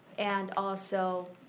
and also